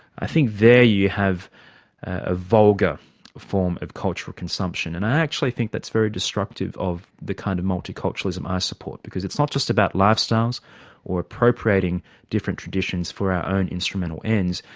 i think there you have a vulgar form of cultural consumption. and i actually think that's very destructive of the kind of multiculturalism i support, because it's not just about lifestyles or appropriating different traditions for own instrumental ends,